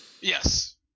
Yes